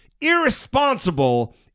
irresponsible